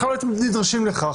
בכלל לא הייתם נדרשים לכך,